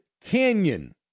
Canyon